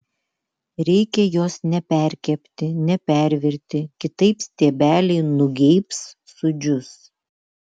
reikia jos neperkepti nepervirti kitaip stiebeliai nugeibs sudžius